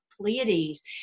Pleiades